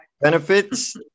benefits